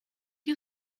you